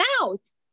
mouth